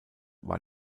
war